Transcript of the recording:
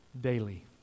daily